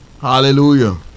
Hallelujah